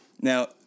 Now